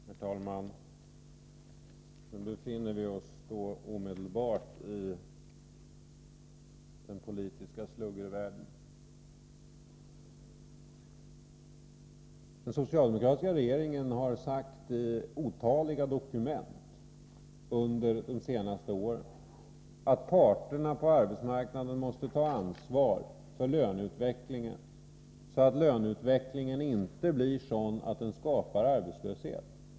Herr talman! Nu befinner vi oss i den politiska slugger-världen. Den socialdemokratiska regeringen har i otaliga dokument under de senaste åren sagt att parterna på arbetsmarknaden måste ta ansvar för löneutvecklingen, så att den inte skapar arbetslöshet.